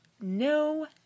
no